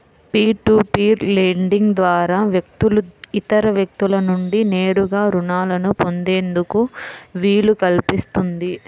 peer to peer lending ద్వారా వ్యక్తులు ఇతర వ్యక్తుల నుండి నేరుగా రుణాలను పొందేందుకు వీలు కల్పిస్తుంది